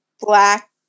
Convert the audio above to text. black